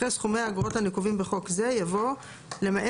אחרי "סכומי האגרות הנקובים בחוק זה" יבוא "למעט